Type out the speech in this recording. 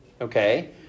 okay